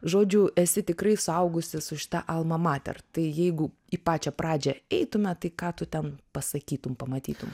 žodžiu esi tikrai suaugusi su šita alma mater tai jeigu į pačią pradžią eitume tai ką tu ten pasakytum pamatytum